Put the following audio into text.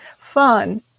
fun